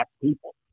people